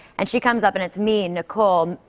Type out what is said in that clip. and she comes up, and it's me and nicole,